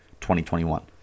2021